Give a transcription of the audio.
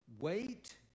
wait